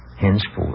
henceforth